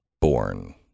born